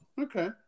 Okay